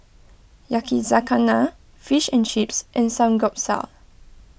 Yakizakana Fish and Chips and Samgeyopsal